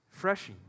Freshing